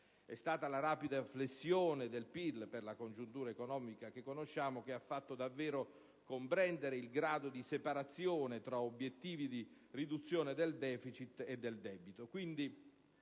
È stata la rapida flessione del PIL, per la congiuntura economica che conosciamo, che ha fatto davvero comprendere il grado di separazione tra obiettivi di riduzione del deficit e del debito.